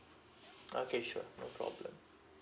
okay sure no problem